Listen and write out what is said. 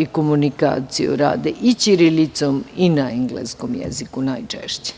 i komunikaciju rade i ćirilicom i na engleskom jeziku, najčešće.